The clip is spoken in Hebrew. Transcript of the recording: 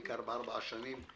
בעיקר בארבע השנים,